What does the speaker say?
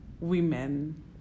women